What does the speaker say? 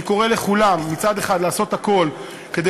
אני קורא לכולם מצד אחד לעשות הכול כדי